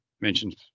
Mentioned